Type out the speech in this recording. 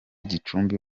gicumbi